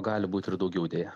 gali būt ir daugiau deja